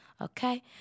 okay